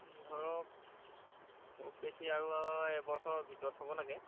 ধৰক খুব বেছি আৰু এবছৰৰ ভিতৰত হ'ব লাগে